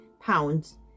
pounds